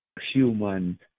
human